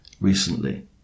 recently